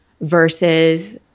versus